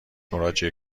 مراجعه